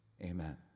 amen